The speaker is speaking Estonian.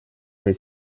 oli